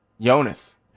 Jonas